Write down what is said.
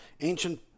ancient